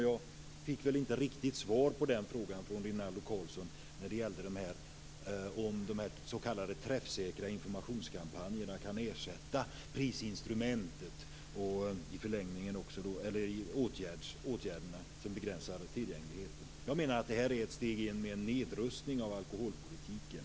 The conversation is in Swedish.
Jag fick väl heller inget riktigt svar från Rinaldo Karlsson på frågan om huruvida de s.k. träffsäkra informationskampanjerna kan ersätta prisinstrumentet och åtgärderna som begränsar tillgängligheten. Jag menar att det här är ett steg mot en nedrustning av alkoholpolitiken.